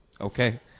Okay